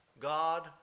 God